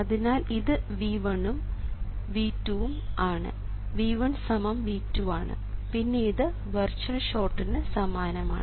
അതിനാൽ ഇത് V1 ഉം V2 ഉം ആണ് V 1 V 2 ആണ് പിന്നെ ഇത് വെർച്വൽ ഷോർട്ടിന് സമാനമാണ്